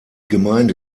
gemeinde